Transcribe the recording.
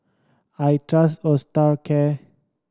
I trust Osteocare